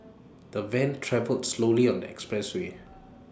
the van travelled slowly on the expressway